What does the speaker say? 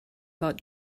about